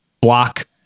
block